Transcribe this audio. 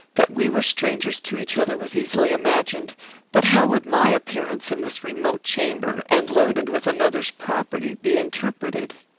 that we were strangers to each other was easily imagined but how would my appearance, in this remote chamber, and loaded with another's property, be interpreted?